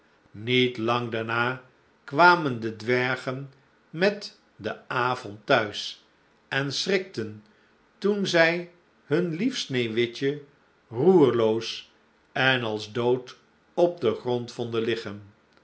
niet lang daarna kwamen de dwergen met den avond t huis en schrikten toen zij hun lief sneeuwwitje roerloos en als dood op den grond vonden liggen